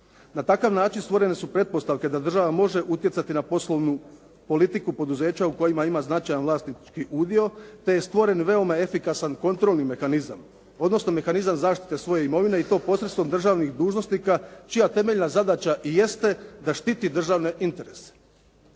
Na takav način stvorene su pretpostavke da država može utjecati na poslovnu politiku poduzeća u kojima ima značajan vlasnički udio te je stvoren veoma efikasan kontrolni mehanizam, odnosno mehanizam zaštite svoje imovine i to posredstvom državnih dužnosnika čija temeljna zadaća jeste da štiti državne interese.